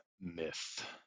myth